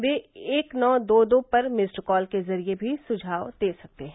वे एक नौ दो दो पर मिस्ड कॉल के जरिए भी सुझाव दे सकते हैं